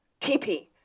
TP